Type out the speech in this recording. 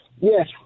Yes